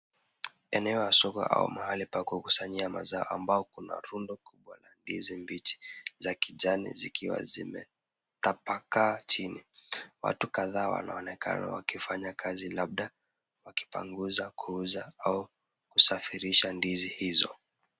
Eneo la soko au mahali pa kukusanyia mazao ambao kuna rundo kubwa la ndizi mbichi za kijani zikiwa zimetapakaa chini. Watu kadhaa wanaonekana wakifanya kazi labda wakipangusa kuuza au kusafirisha ndizi hizo.